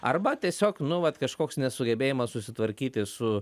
arba tiesiog nu vat kažkoks nesugebėjimas susitvarkyti su